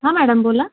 हा मॅडम बोला